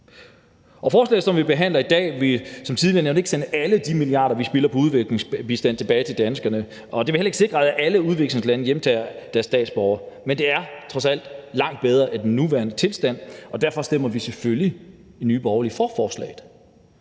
Forslaget, som vi behandler i dag, vil som tidligere nævnt ikke sende alle de milliarder, som vi spilder på udviklingsbistand, tilbage til danskerne, og det vil heller ikke sikre, at alle udviklingslande hjemtager deres statsborgere, men det er trods alt langt bedre end den nuværende tilstand, og derfor stemmer vi selvfølgelig i Nye Borgerlige for forslaget.